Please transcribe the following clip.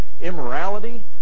immorality